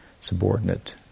subordinate